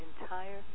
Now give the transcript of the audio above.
entire